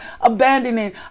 abandoning